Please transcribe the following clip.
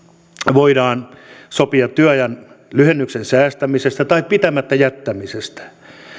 voidaan sopia työajan lyhennyksen säästämisestä tai pitämättä jättämisestä